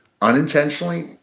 Unintentionally